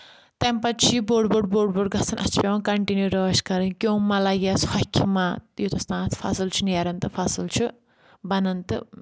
تَمہِ پَتہٕ چھِ یہِ بوٚڑ بوٚڑ بوٚڑ بوٚڑ گژھان اَسہِ چھِ پؠوان کَنٹِنیو رٲچھۍ کَرٕنۍ کیو مہ لَگہِ ہۄکھِ ما یوتَس تانۍ اَتھ فَصٕل چھِ نیران تہٕ فصٕل چھُ بَنان تہٕ